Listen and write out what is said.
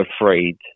afraid